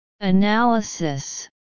Analysis